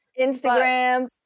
Instagram